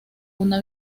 una